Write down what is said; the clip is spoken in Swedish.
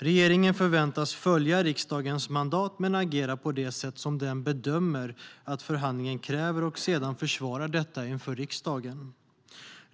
Regeringen förväntas följa riksdagens mandat men agerar på det sätt som den bedömer att förhandlingen kräver och försvarar sedan detta inför riksdagen.